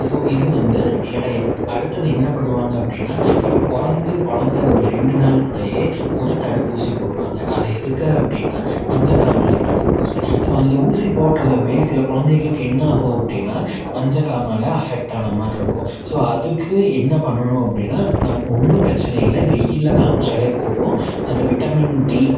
so இது வந்து எடையை பற்றி அடுத்தது என்ன பண்ணுவாங்கள் அப்படின்னா இப்போ பிறந்து குலந்த ஒரு ரெண்டு நாளுக்குள்ளேயே ஒரு தடுப்பூசி போடுவாங்கள் அது எதுக்காக அப்படின்னா மஞ்சக்காமாலை தடுப்பூசி ஸோ அந்த ஊசி போட்டதுமே சில குலந்தைகளுக்கு என்ன ஆகும் அப்படின்னா மஞ்சக்காமாலை அஃபெக்ட் ஆன மாதிரி இருக்கும் ஸோ அதுக்கு என்ன பண்ணணும் அப்படின்னா நம் ஒன்றும் பிரச்சனை இல்லை வெயில்ல காமிச்சாலே போதும் அந்த விட்டமின் டி